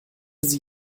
sie